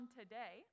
today